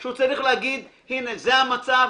הוא צריך להגיד: הנה זה המצב,